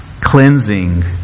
cleansing